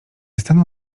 stanął